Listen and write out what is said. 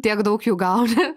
tiek daug jų gauni